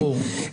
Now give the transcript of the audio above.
ברור.